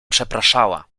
przepraszała